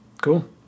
Cool